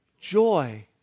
joy